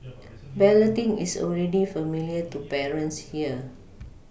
balloting is already familiar to parents here